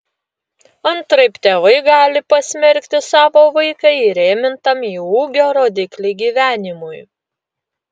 antraip tėvai gali pasmerkti savo vaiką įrėmintam į ūgio rodiklį gyvenimui